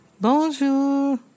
Bonjour